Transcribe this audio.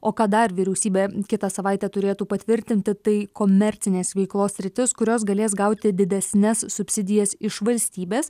o ką dar vyriausybė kitą savaitę turėtų patvirtinti tai komercinės veiklos sritis kurios galės gauti didesnes subsidijas iš valstybės